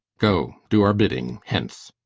go, do our bidding hence!